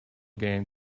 game